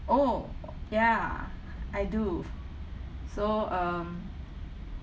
oh ya I do so um